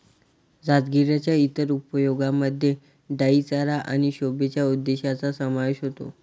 राजगिराच्या इतर उपयोगांमध्ये डाई चारा आणि शोभेच्या उद्देशांचा समावेश होतो